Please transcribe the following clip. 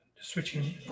Switching